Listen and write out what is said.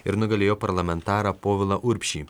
ir nugalėjo parlamentarą povilą urbšį